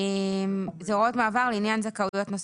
זה הוראות מעבר לעניין זכאויות נוספות,